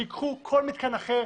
שייקחו כל מתקן אחר,